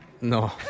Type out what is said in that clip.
No